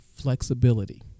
flexibility